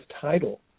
title